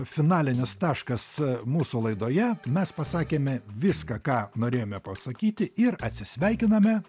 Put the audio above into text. finalinis taškas mūsų laidoje mes pasakėme viską ką norėjome pasakyti ir atsisveikiname